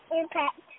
Impact